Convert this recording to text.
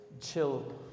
Chill